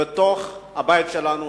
בתוך הבית שלנו,